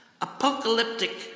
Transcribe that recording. Apocalyptic